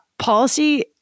Policy